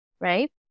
right